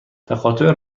تقاطع